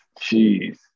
Jeez